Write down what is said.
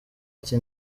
ati